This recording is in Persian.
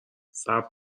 صبر